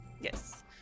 Yes